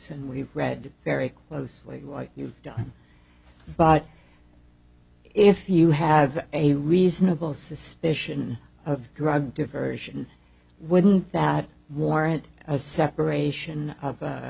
and we've read very closely what you've done but if you have a reasonable suspicion you are a diversion wouldn't that warrant a separation